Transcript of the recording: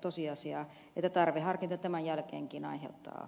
tosiasiaa että tarveharkinta tämän jälkeenkin aiheuttaa köyhyyttä